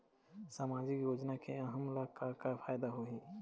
सामाजिक योजना से हमन ला का का फायदा होही?